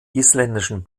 isländischen